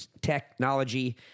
technology